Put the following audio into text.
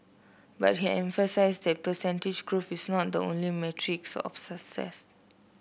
but he emphasised that percentage growth is not the only metric of success